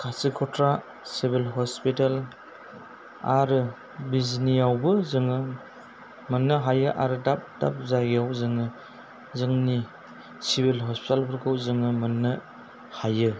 खासिकथ्रा civil hospital आरो बिजिनियावबो जोङो मोन्नो हायो आरो दाब दाब जायगायाव जोङो जोंनि सिभिल हसपिटालफोरखौ जोङो मोन्नो हायो